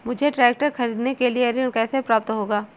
मुझे ट्रैक्टर खरीदने के लिए ऋण कैसे प्राप्त होगा?